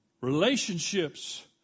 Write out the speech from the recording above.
relationships